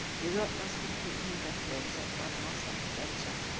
europe was completely evacuated by the moslems of asia.